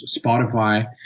Spotify